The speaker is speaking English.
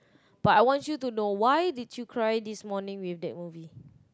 but I want you to know why you cried this morning with that movie